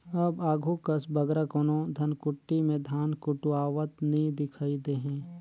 अब आघु कस बगरा कोनो धनकुट्टी में धान कुटवावत नी दिखई देहें